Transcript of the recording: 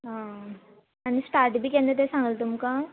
आं आं आनी स्टाट बी केन्ना ते सांगले तुमकां